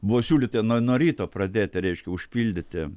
buvo siūlyta nuo nuo ryto pradėti reiškia užpildyti